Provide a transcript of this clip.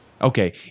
Okay